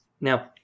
Now